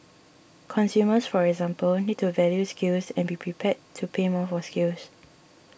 consumers for example need to value skills and be prepared to pay more for skills